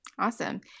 Awesome